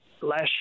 Last